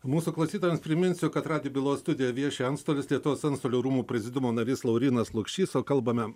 mūsų klausytojams priminsiu kad radijo bylos studijoje vieši antstolis lietuvos antstolių rūmų prezidiumo narys laurynas lukšys o kalbame